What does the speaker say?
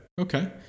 Okay